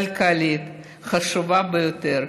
כלכלית חשובה ביותר.